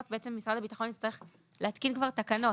בעצם משרד הביטחון יצטרך להתקין תקנות.